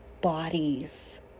bodies